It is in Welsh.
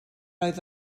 oedd